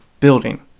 Building